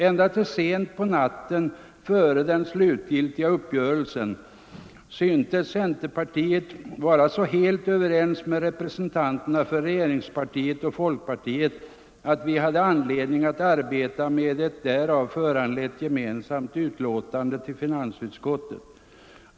Ända till sent på natten före den slutgiltiga uppgörelsen syntes centerpartiet vara så helt överens med representanterna för regeringspartiet och folkpartiet att vi hade anledning att arbeta med ett därav föranlett gemensamt utlåtande i finansutskottet.